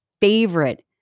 favorite